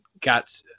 got